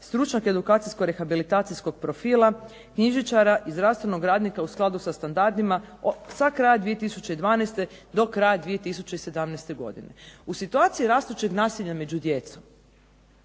stručnog edukacijsko-rehabilitacijskog profila, knjižničara i zdravstvenog radnika u skladu sa standardima sa kraja 2012. do kraja 2017. godine. U situaciji rastućeg nasilja među djecom